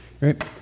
Right